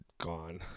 gone